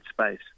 space